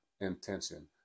intention